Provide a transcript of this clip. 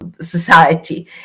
society